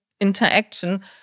interaction